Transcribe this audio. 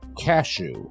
Cashew